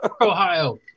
Ohio